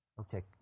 Okay